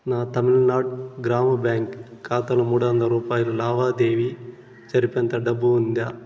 నా తమిళనాడు గ్రామ బ్యాంక్ ఖాతాలో మూడువందల రూపాయల లావాదేవీ జరిపేంత డబ్బు ఉందా